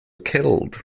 killed